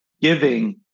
giving